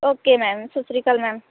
okay ma'am ਸਤਿ ਸ਼੍ਰੀ ਅਕਾਲ ਮੈਮ